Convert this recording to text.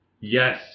Yes